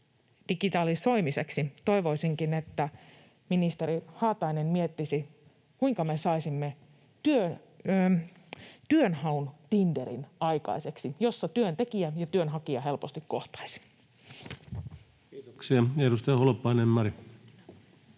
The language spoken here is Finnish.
toivoisinkin, että ministeri Haatainen miettisi, kuinka me saisimme aikaiseksi työnhaun Tinderin, jossa työntekijä ja työnhakija helposti kohtaisivat. Kiitoksia. — Edustaja Holopainen, Mari.